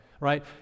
right